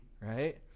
right